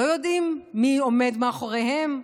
לא יודעים מי עומד מאחוריהם,